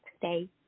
today